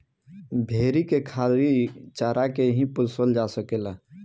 भेरी के खाली चारा के ही पोसल जा सकेला